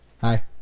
Hi